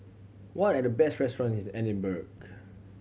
what are the best restaurants in Edinburgh